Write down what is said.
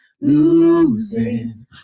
losing